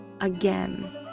Again